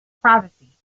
privacy